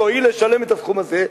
תואיל לשלם את הסכום הזה,